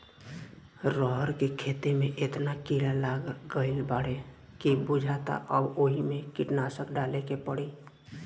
रहर के खेते में एतना कीड़ा लाग गईल बाडे की बुझाता अब ओइमे कीटनाशक डाले के पड़ी